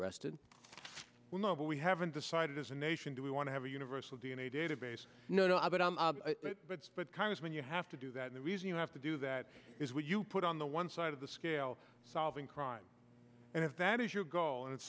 arrested well no but we haven't decided as a nation do we want to have a universal d n a database no i but i'm but congressman you have to do that and the reason you have to do that is when you put on the one side of the scale solving crime and if that is your goal and it's